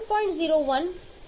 01325 બાર છે